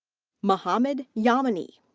mohamed yamany.